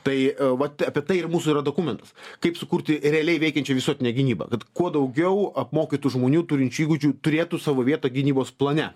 tai vat apie tai ir mūsų yra dokumentus kaip sukurti realiai veikiančią visuotinę gynybą kad kuo daugiau apmokytų žmonių turinčių įgūdžių turėtų savo vietą gynybos plane